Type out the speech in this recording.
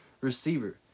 receiver